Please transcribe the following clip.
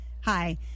Hi